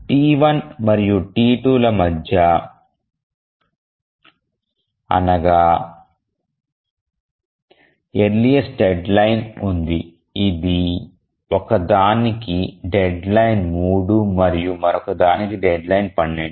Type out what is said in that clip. T1 మరియు T2ల మధ్య ఎర్లీఎస్ట్ డెడ్లైన్ ఉంది ఒక దానికి డెడ్లైన్ 3 మరియు మరొకదానికి డెడ్లైన్ 12